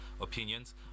opinions